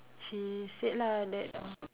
she said lah that uh